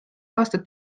aastat